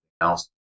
else